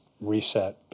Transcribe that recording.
reset